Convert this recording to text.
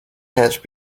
hatch